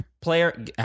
player